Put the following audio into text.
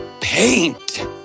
paint